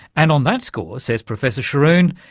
and on that score, says professor scharoun,